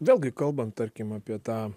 vėlgi kalbant tarkim apie tą